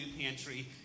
pantry